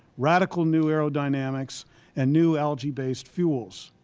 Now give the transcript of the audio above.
radical new aerodynamics and new algae-based fuels.